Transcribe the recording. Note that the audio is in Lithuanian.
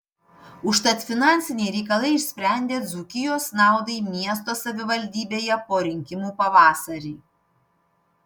užtat finansiniai reikalai išsprendė dzūkijos naudai miesto savivaldybėje po rinkimų pavasarį